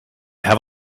have